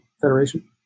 Federation